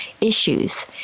issues